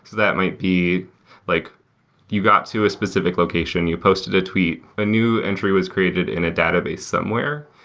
that might be like you got to a specific location, you posted a tweet. a new entry was created in a database somewhere.